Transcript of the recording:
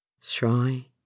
shy